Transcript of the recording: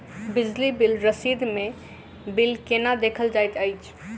बिजली बिल रसीद मे बिल केना देखल जाइत अछि?